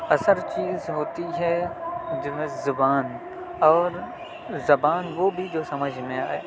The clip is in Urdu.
اثر چیز ہوتی ہے جو ہے زبان اور زبان وہ بھی جو سمجھ میں آئے